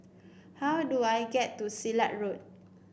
how do I get to Silat Road